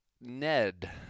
Ned